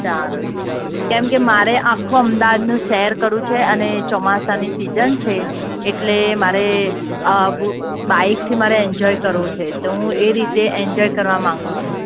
સારું કેમકે મારે આખું અમદાવાદનું સૈર કરવું છે અને ચોમાસાની સિજન છે એટલે મારે બાઈકથી મારે એન્જોય કરવું છે તો હું એ રીતે એન્જોય કરવા માગું છું